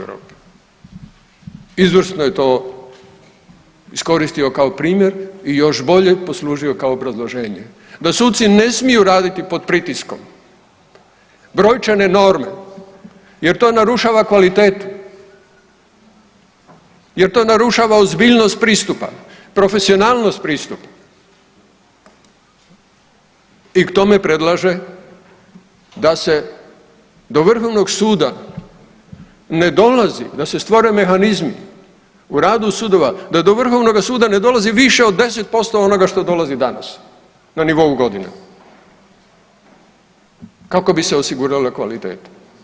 Izvrsno je to iskoristio kao primjer i još bolje poslužio kao obrazloženje, da suci ne smiju raditi pod pritiskom brojčane norme jer to narušava kvalitetu jer to narušava ozbiljnost pristupa, profesionalnost pristupa i k tome predlaže da se do Vrhovnog suda ne dolaze, da se stvore mehanizmi u radu sudova, da do vrhovnog suda ne dolazi više od 10% od onoga što dolazi danas na nivou godine kako bi se osigurala kvaliteta.